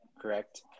correct